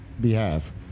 behalf